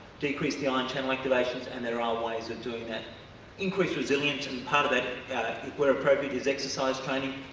decrease the ion channel activations and there are um ways of doing that increased resilience and part of that and where appropriate is exercise training,